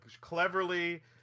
cleverly